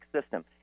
system